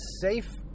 safe